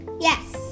Yes